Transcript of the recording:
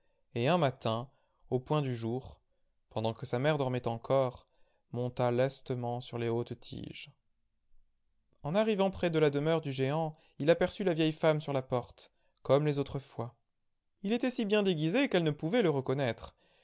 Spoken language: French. et un matin au point du jour pendant que sa mère dormait encore monta lestement sur les hautes tiges en arrivant près de la demeure du géant il aperçut la vieille femme sur la porte comme les autres fois il s'était si bien déguisé qu'elle ne pouvait le reconnaître